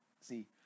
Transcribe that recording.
see